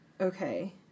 Okay